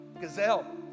Gazelle